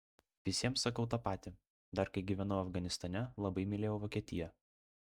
visiems sakau tą patį dar kai gyvenau afganistane labai mylėjau vokietiją